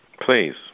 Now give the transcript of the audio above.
Please